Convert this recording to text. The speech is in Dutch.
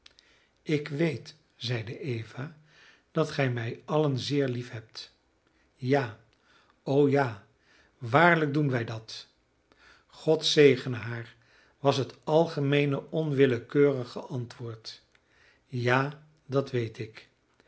ik weet zeide eva dat gij mij allen zeer liefhebt ja o ja waarlijk doen wij dat god zegene haar was het algemeene onwillekeurige antwoord ja dat weet ik